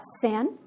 sin